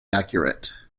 accurate